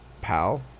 Pal